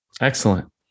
Excellent